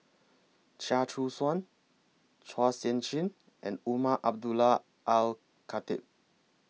Chia Choo Suan Chua Sian Chin and Umar Abdullah Al Khatib